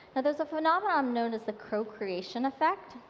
there's a phenomenon known as the co-creation effect.